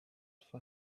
for